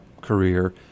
career